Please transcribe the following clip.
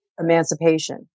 emancipation